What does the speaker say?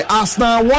Arsenal